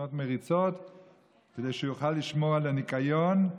לקנות מריצות כדי שיוכל לשמור על ניקיון,